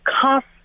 cost